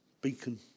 Beacon